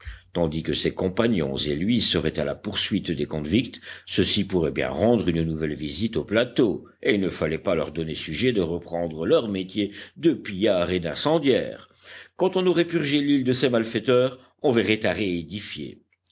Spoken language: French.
tandis que ses compagnons et lui seraient à la poursuite des convicts ceux-ci pourraient bien rendre une nouvelle visite au plateau et il ne fallait pas leur donner sujet de reprendre leur métier de pillards et d'incendiaires quand on aurait purgé l'île de ces malfaiteurs on verrait à